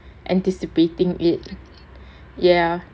anticipating it ya